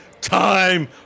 time